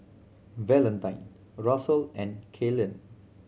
Valentine Russel and Kaylen